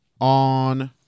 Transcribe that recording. on